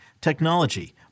technology